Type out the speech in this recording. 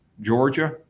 Georgia